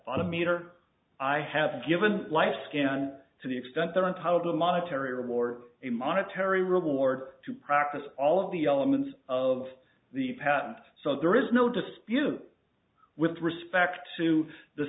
meter i have given life scan to the extent they're entitled to a monetary reward or a monetary reward to practice all of the elements of the patent so there is no dispute with respect to the